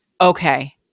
okay